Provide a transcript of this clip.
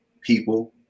people